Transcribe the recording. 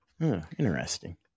Interesting